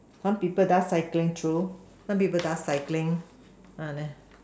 some people does cycling true some people does cycling uh then